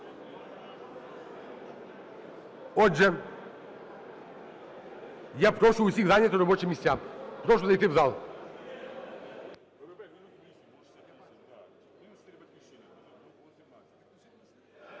Отже, я прошу усіх зайняти робочі місця. Прошу зайти в зал.